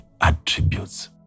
attributes